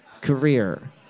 career